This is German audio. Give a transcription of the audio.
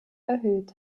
erhöht